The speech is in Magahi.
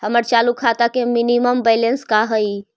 हमर चालू खाता के मिनिमम बैलेंस का हई?